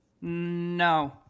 No